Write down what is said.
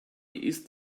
ist